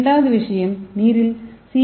இரண்டாவது விஷயம் நீரில் சி